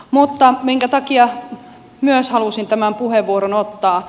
mutta minkä takia myös halusin tämän puheenvuoron ottaa